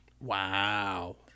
Wow